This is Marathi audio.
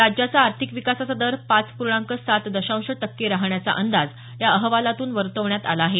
राज्याचा आर्थिक विकासाचा दर पाच पूर्णाँक सात दशांश टक्के राहण्याचा अंदाज या अहवालातून वर्तवण्यात आला आहे